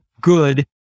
good